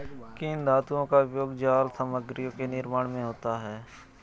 किन धातुओं का उपयोग जाल सामग्रियों के निर्माण में होता है?